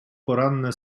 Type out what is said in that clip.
poranne